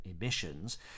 emissions